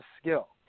skill